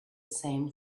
same